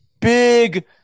big